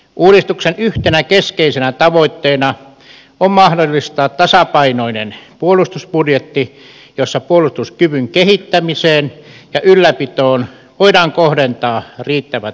uudistuksen yhtenä keskeisenä tavoitteena on mahdollistaa tasapainoinen puolustusbudjetti jossa puolustuskyvyn kehittämiseen ja ylläpitoon voidaan kohdentaa riittävät resurssit